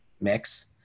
mix